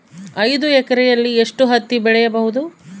ಐದು ಎಕರೆಯಲ್ಲಿ ಎಷ್ಟು ಹತ್ತಿ ಬೆಳೆಯಬಹುದು?